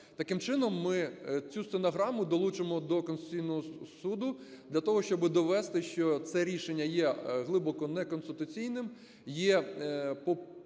Таким чином, ми цю стенограму долучимо до Конституційного Суду для того, щоб довести, що це рішення є глибоко не конституційним, є популістичним,